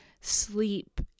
sleep